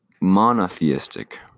monotheistic